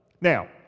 Now